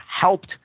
helped